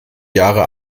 jahre